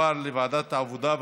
לוועדת העבודה,